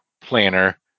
planner